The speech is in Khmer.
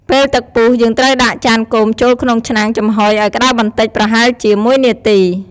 ពេលទឹកពុះ យើងត្រូវដាក់ចានគោមចូលក្នុងឆ្នាំងចំហុយឱ្យក្ដៅបន្តិច ប្រហែលជា ១ នាទី។